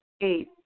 Eight